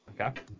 Okay